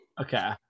Okay